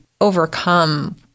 overcome